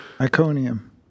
Iconium